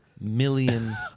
million